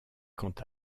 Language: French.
quant